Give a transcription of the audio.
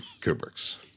Kubrick's